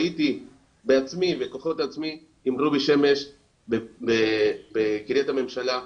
הייתי בכוחות עצמי עם רובי שמש בקריית הממשלה,